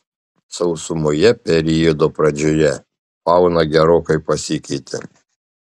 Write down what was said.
sausumoje periodo pradžioje fauna gerokai pasikeitė